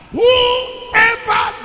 whoever